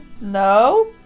No